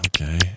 Okay